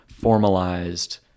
formalized